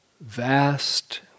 vast